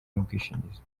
n’ubwishingizi